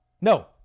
No